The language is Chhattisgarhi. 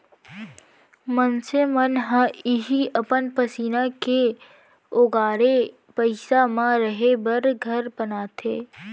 मनसे मन ह इहीं अपन पसीना के ओगारे पइसा म रहें बर घर बनाथे